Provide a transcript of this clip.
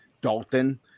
Dalton